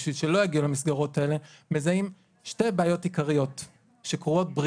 בשביל שלא יגיעו למסגרות האלה מזהים שתי בעיות עיקריות שקורות.